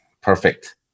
perfect